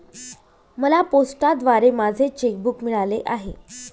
मला पोस्टाद्वारे माझे चेक बूक मिळाले आहे